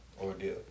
ordeal